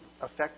affect